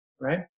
right